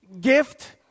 gift